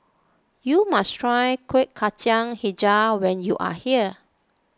you must try Kuih Kacang HiJau when you are here